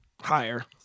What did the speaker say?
Higher